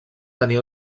tenir